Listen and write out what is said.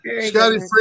Scotty